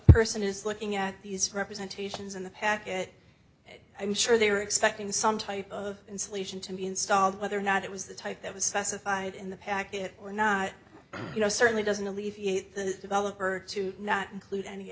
person is looking at these representations in the packet i'm sure they were expecting some type of insulation to be installed whether or not it was the type that was specified in the packet or not you know certainly doesn't alleviate the developer to not include any